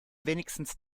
wenigstens